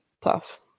tough